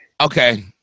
Okay